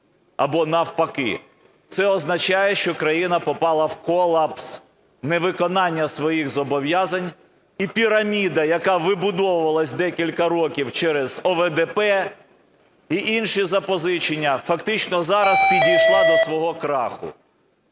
або навпаки, це означає, що країна попала в колапс невиконання своїх зобов'язань, і піраміда, яка вибудовувалась декілька років через ОВДП, і інші запозичення, фактично зараз підійшла до свого краху.